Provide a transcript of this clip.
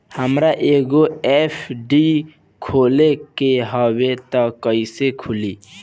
हमरा एगो एफ.डी खोले के हवे त कैसे खुली?